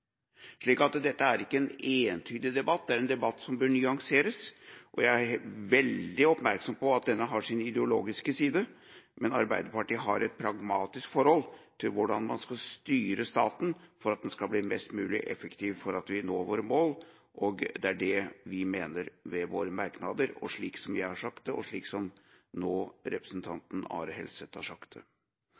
Dette er ikke en entydig debatt, det er en debatt som bør nyanseres. Jeg er veldig oppmerksom på at den har sin ideologiske side, men Arbeiderpartiet har et pragmatisk forhold til hvordan man skal styre staten for at den mest mulig effektivt skal nå våre mål, og det er det vi mener med våre merknader – slik som jeg har sagt det, og slik som representanten Are Helseth nå har sagt det.